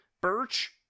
Birch